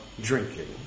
drinking